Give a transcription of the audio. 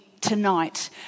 tonight